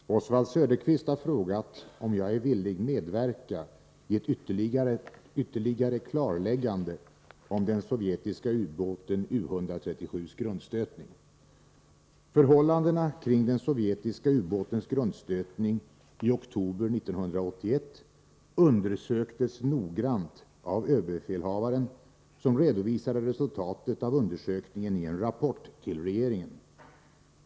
Herr talman! Oswald Söderqvist har frågat om jag är villig medverka i ett ytterligare klarläggande om den sovjetiska ubåten U 137:s grundstötning. Förhållandena kring den sovjetiska ubåtens grundstötning i oktober 1981 undersöktes noggrant av överbefälhavaren, som redovisade resultatet av undersökningen i en rapport till regeringen.